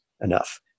enough